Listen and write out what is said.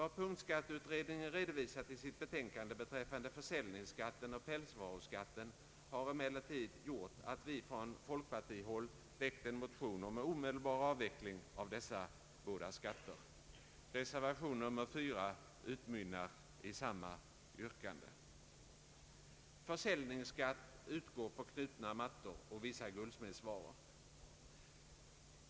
Vad punktskatteutredningen redovisat i sitt betänkande beträffande försäljningsskatten och pälsvaruskatten har emellertid gjort att vi från folkpartihåll väckt en motion om omedelbar avveckling av dessa båda skatter. Reservation 4 utmynnar i samma yrkande. Försäljningsskatt utgår på knutna mattor och vissa guldsmedsvaror.